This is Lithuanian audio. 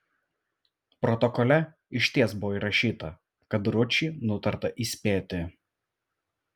protokole išties buvo įrašyta kad ručį nutarta įspėti